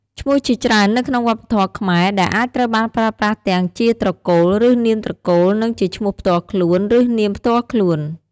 ឈ្មោះជាច្រើននៅក្នុងវប្បធម៌ខ្មែរ ដែលអាចត្រូវបានប្រើប្រាស់ទាំងជា ត្រកូល ឬ នាមត្រកូល និង ជាឈ្មោះផ្ទាល់ខ្លួន ឬនាមផ្ទាល់ខ្លួន។